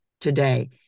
today